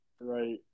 right